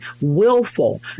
willful